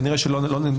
כנראה שלא,